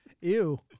Ew